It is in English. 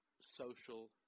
social